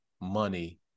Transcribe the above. money